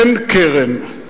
אין קרן.